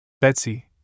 Betsy